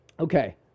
Okay